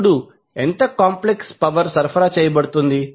ఇప్పుడు ఎంత complex power సరఫరా చేయబడుతోంది